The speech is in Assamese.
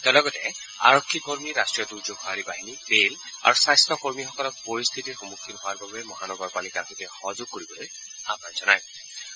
তেওঁ লগতে আৰক্ষী কৰ্মী ৰট্টীয় দুৰ্যোগ সঁহাৰি বাহিনী ৰেল আৰু স্বাস্থ্য কৰ্মীসকলক পৰিস্থিতিৰ সন্মুখীন হোৱাৰ বাবে মহানগৰপালিকাৰ সৈতে সহযোগ কৰিবলৈ আহান জনাইছে